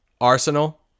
Arsenal